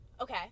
Okay